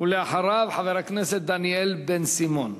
ואחריו, חבר הכנסת דניאל בן-סימון.